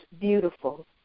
beautiful